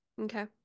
okay